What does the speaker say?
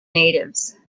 natives